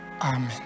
Amen